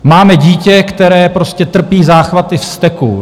Máme dítě, které prostě trpí záchvaty vzteku.